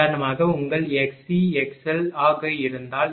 உதாரணமாக உங்கள் xc xl ஆக இருந்தால்